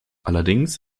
allerdings